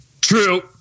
true